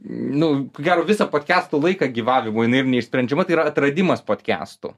nu ko gero visą podkestų laiką gyvavimo jinai neišsprendžiama tai yra atradimas podkestų